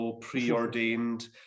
preordained